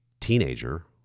teenager